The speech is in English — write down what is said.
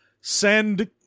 send